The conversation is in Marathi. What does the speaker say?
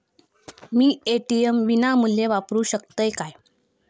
मी ए.टी.एम विनामूल्य वापरू शकतय?